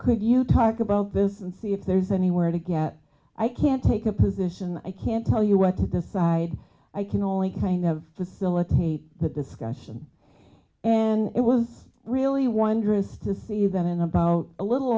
could you talk about this and see if there's any where to get i can't take a position i can't tell you what to decide i can only kind of facilitate the discussion and it was really wondrous to see that in about a little